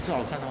就好看 orh